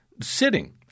Sitting